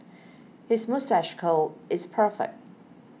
his moustache curl is perfect